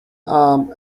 arm